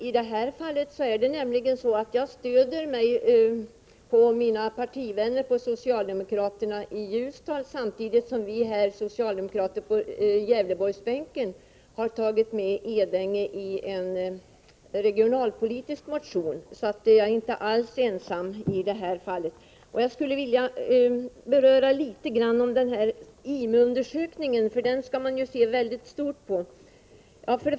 I detta fall stöder jag mig på mina socialdemokratiska partivänner i Ljusdal, samtidigt som vi socialdemokrater på Gävleborgsbänken har tagit med Edänge i en regionalpolitisk motion. Jag är alltså inte ensam i detta fall. Jag vill något beröra IMU-undersökningen, som vi skall ta hänsyn till.